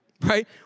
Right